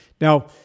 Now